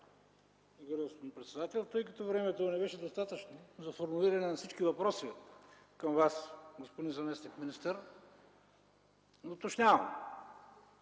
Ви, господин председател. Тъй като времето не беше достатъчно за формулиране на всички въпроси към Вас, господин заместник-министър, уточняваме.